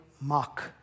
mock